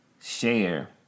share